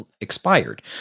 expired